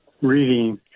reading